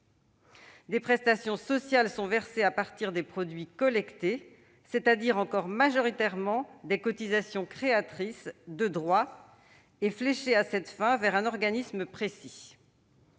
Des prestations sociales sont versées à partir des produits collectés, c'est-à-dire encore majoritairement des cotisations créatrices de droit et fléchées à cette fin vers un organisme précis.